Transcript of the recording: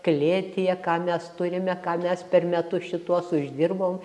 klėtyje ką mes turime ką mes per metus šituos uždirbom